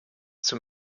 zum